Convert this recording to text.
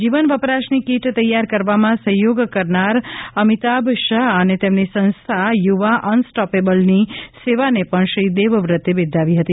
જીવન વપરાશની કીટ તૈયાર કરવામાં સહયોગ કરનાર અમિતાભ શાહ અને તેમની સંસ્થા યુવા અનસ્ટોપેબલની સેવાને પણ શ્રી દેવવ્રતે બિરદાવી હતી